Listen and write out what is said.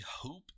hope